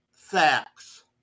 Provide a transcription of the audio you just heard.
facts